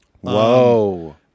Whoa